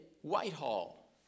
Whitehall